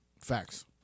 Facts